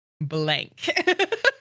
blank